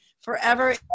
forever